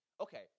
Okay